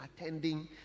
attending